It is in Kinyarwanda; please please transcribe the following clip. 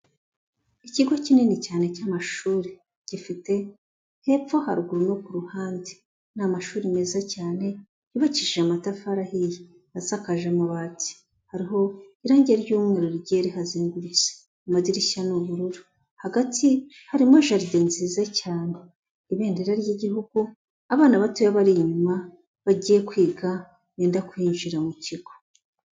Ikigo kinini cyane cy'amashuri, gifite hepfo haruguru no ku ruhande, ni amashuri meza cyane yubakishije amatafari ahiye, asakaje amabati hariho irangi ry'umweru rigiye rihazengurutse, amadirishya ni ubururu, hagati harimo jaride nziza cyane, ibendera ry'igihugu, abana batoya bari inyuma bagiye kwiga benda kwinjira mu kigo.